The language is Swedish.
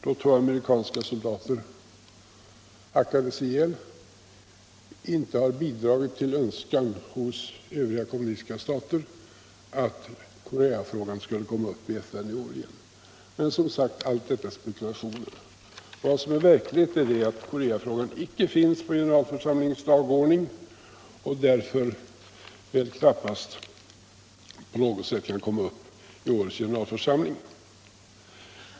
då två amerikanska soldater hackades ihjäl, har bidragit till en önskan hos övriga kommunistiska stater att Koreafrågan inte skall komma upp i FN i år. Men allt detta är som sagt spekulationer. Vad som är verkligt är att Korcafrågan inte finns på generalförsamlingens dagordning, och därför knappast kan komma upp i år.